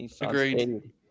Agreed